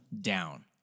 down